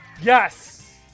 Yes